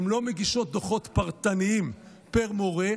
הן לא מגישות דוחות פרטניים פר מורה,